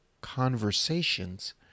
conversations